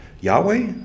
Yahweh